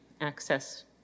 access